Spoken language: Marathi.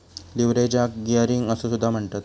लीव्हरेजाक गियरिंग असो सुद्धा म्हणतत